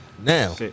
Now